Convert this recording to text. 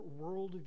worldview